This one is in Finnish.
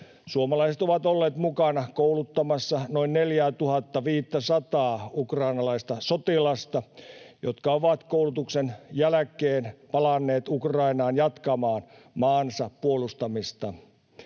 Suomalaiset ovat olleet mukana kouluttamassa noin 4 500:aa ukrainalaista sotilasta, jotka ovat koulutuksen jälkeen palanneet Ukrainaan jatkamaan maansa puolustamista.